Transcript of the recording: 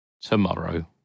tomorrow